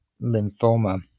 lymphoma